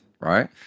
right